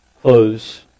close